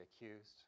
accused